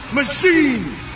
machines